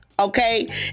okay